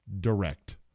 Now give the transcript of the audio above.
direct